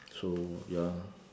so ya